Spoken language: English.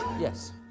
Yes